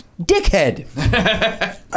dickhead